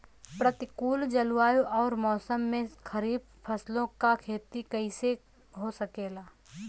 प्रतिकूल जलवायु अउर मौसम में खरीफ फसलों क खेती कइसे हो सकेला?